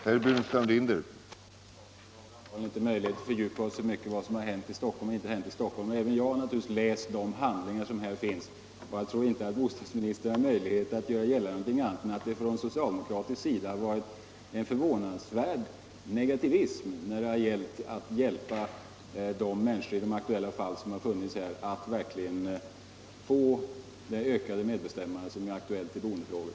Herr talman! Vi har väl inte möjlighet att fördjupa oss så mycket i vad som hänt och inte hänt i Stockholm. Även jag har läst de handlingar som finns, och jag tror inte att bostadsministern har möjlighet att göra gällande någonting annat än att det från socialdemokratisk sida funnits en förvånansvärd negativism när det gällt att hjälpa människorna i de berörda fallen att verkligen få det ökade medbestämmande som är aktuellt i boendefrågor.